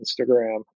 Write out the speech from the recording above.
instagram